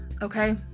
okay